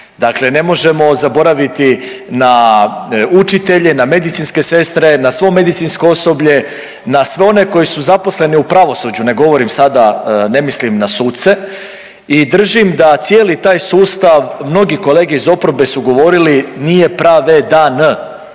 Dakle, ne možemo zaboraviti na učitelje, na medicinske sestre, na svo medicinsko osoblje, na sve one koji su zaposleni u pravosuđu, ne govorim sada ne mislim na suce i držim da cijeli taj sustav, mnogi kolege iz oporbe su govorili, nije pravedan.